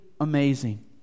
amazing